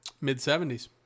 mid-70s